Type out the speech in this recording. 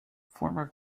former